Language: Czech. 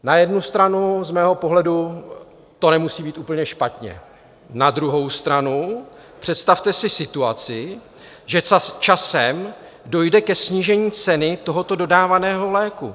Na jednu stranu z mého pohledu to nemusí být úplně špatně, na druhou stranu, představte si situaci, že časem dojde ke snížení ceny tohoto dodávaného léku.